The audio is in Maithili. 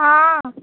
हॅं